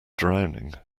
drowning